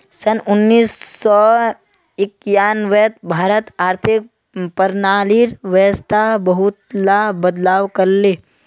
सन उन्नीस सौ एक्यानवेत भारत आर्थिक प्रणालीर व्यवस्थात बहुतला बदलाव कर ले